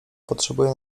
potrzebuje